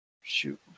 Shoot